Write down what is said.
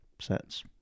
sets